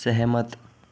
सहमत